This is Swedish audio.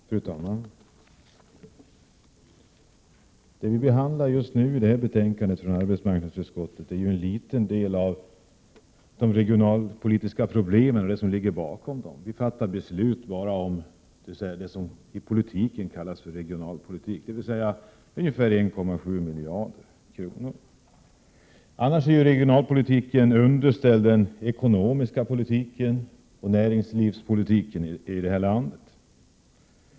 Fru talman! Det som behandlas i detta betänkande från arbetsmarknadsutskottet är en liten del av de regionalpolitiska problemen och bakgrunden till dem. Nu fattas beslut bara om det som i politiken kallas regionalpolitik, 57 Prot. 1987/88:127 och där medelsanvisningen är ungefär 1,7 miljarder kronor. Annars är regionalpolitiken underställd den ekonomiska politiken och näringslivspolitiken i detta land.